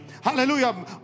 Hallelujah